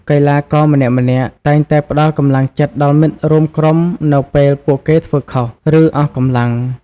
កីឡាករម្នាក់ៗតែងតែផ្តល់កម្លាំងចិត្តដល់មិត្តរួមក្រុមនៅពេលពួកគេធ្វើខុស ឬអស់កម្លាំង។